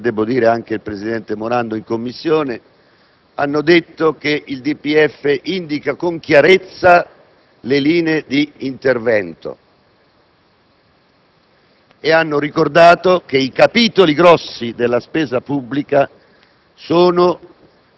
c'è un altro silenzio endogeno. Il collega Morgando e il presidente Morando in Commissione hanno detto che il DPEF indica con chiarezza le linee di intervento.